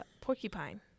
porcupine